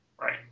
Right